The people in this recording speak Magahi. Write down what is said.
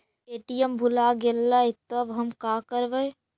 ए.टी.एम भुला गेलय तब हम काकरवय?